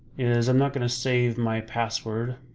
is i'm not gonna save my password,